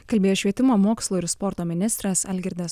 kalbėjo švietimo mokslo ir sporto ministras algirdas